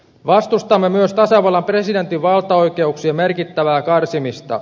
vastustamme myös tasavallan presidentin valtaoikeuksien merkittävää karsimista